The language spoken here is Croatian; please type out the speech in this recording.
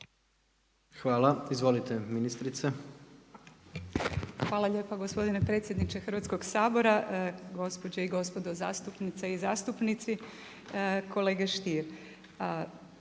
Burić, Marija (HDZ)** Hvala lijepo gospodine predsjedniče Hrvatskog sabora, gospođe i gospodo zastupnice i zastupnici. Kolega Stier,